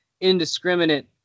indiscriminate